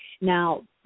Now